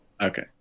Okay